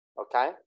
okay